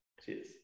Cheers